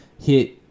Hit